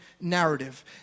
narrative